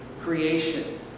creation